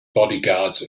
bodyguards